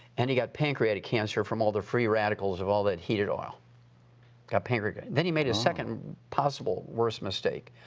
and he got pancreatic cancer from all the free radicals of all that heated oil. he got pancreatic. then he made a second possible worst mistake.